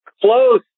close